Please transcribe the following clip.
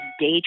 day